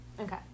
Okay